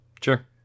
Sure